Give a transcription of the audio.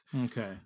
Okay